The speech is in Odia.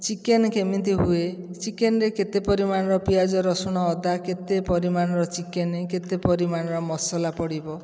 ଚିକେନ୍ କେମିତି ହୁଏ ଚିକେନ୍ରେ କେତେ ପରିମାଣର ପିଆଜ ରସୁଣ ଅଦା କେତେ ପରିମାଣର ଚିକେନ୍ କେତେ ପରିମାଣର ମସଲା ପଡ଼ିବ